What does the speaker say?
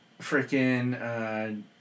freaking